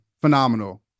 phenomenal